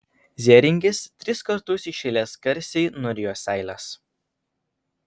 zėringis tris kartus iš eilės garsiai nurijo seiles